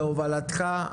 בהובלתך,